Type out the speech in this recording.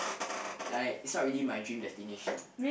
like it's not really my dream destination